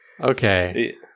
Okay